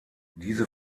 diese